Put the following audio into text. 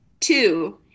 two